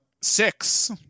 Six